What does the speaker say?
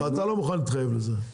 אתה לא מוכן להתחייב לזה?